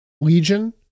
Legion